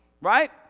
right